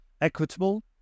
equitable